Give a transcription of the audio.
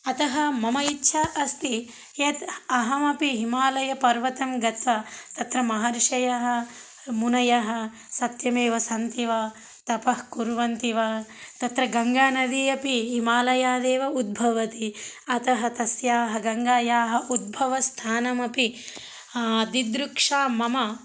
अतः मम इच्छा अस्ति यत् अहमपि हिमालयपर्वतं गत्वा तत्र महर्षयः मुनयः सत्यमेव सन्ति वा तपः कुर्वन्ति वा तत्र गङ्गानदी अपि हिमालयादेव उद्भवति अतः तस्याः गङ्गायाः उद्भवस्थानमपि दिदृक्ष मम